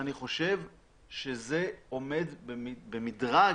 אני חושב שזה עומד במדרג